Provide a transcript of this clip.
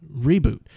reboot